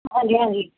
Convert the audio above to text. ਹਾਂਜੀ ਹਾਂਜੀ